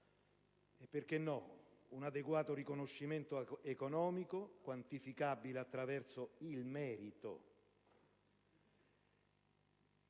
perché no, un adeguato riconoscimento economico quantificabile attraverso il merito.